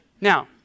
Now